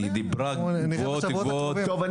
שדיברה גבוהות גבוהות --- בוא נראה.